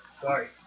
Sorry